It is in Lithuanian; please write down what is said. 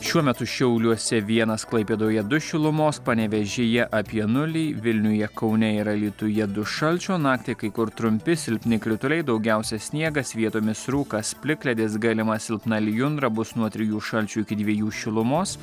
šiuo metu šiauliuose vienas klaipėdoje du šilumos panevėžyje apie nulį vilniuje kaune ir alytuje du šalčio naktį kai kur trumpi silpni krituliai daugiausia sniegas vietomis rūkas plikledis galima silpna lijundra bus nuo trijų šalčio iki dviejų šilumos